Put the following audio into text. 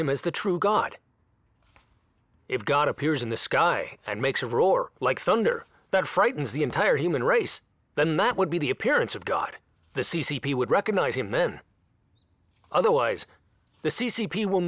him as the true god if god appears in the sky and makes a roar like thunder that frightens the entire human race then that would be the appearance of god the c c p would recognize him in otherwise the c c p will